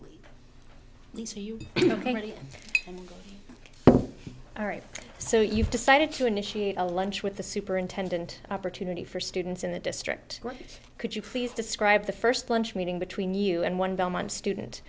right all right so you've decided to initiate a lunch with the superintendent opportunity for students in the district could you please describe the first lunch meeting between you and one belmont student